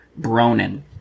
Bronin